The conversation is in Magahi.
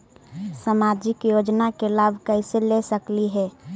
सामाजिक योजना के लाभ कैसे ले सकली हे?